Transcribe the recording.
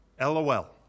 LOL